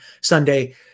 Sunday